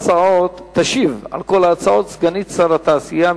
תשיב על כל ההצעות סגנית שר התעשייה,